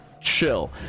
Chill